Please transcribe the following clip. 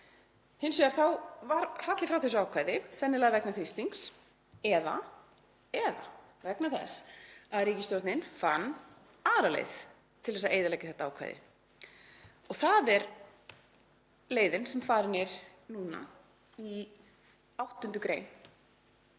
Hins vegar var fallið frá þessu ákvæði, sennilega vegna þrýstings eða vegna þess að ríkisstjórnin fann aðra leið til þess að eyðileggja þetta ákvæði og það er leiðin sem farin er núna í 8. gr.